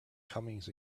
comings